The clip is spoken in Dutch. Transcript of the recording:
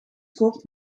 koopt